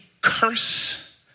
curse